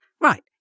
Right